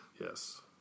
Yes